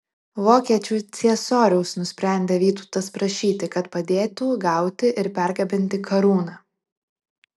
vokiečių ciesoriaus nusprendė vytautas prašyti kad padėtų gauti ir pergabenti karūną